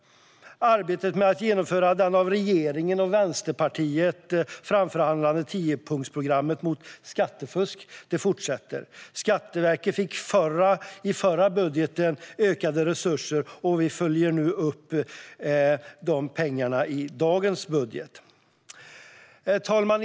Arbetet med att genomföra det av regeringen och Vänsterpartiet framförhandlade tiopunktsprogrammet mot skattefusk fortsätter. Skatteverket fick i förra budgeten ökade resurser, och vi följer nu upp dessa pengar i dagens budget. Herr talman!